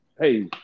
hey